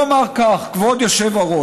והוא אמר כך, כבוד היושב-ראש: